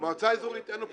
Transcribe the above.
מועצה אזורית אין אופוזיציה.